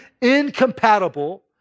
incompatible